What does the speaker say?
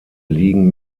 liegen